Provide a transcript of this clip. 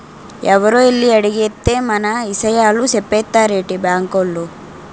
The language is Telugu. ఎవరో ఎల్లి అడిగేత్తే మన ఇసయాలు సెప్పేత్తారేటి బాంకోలు?